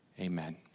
Amen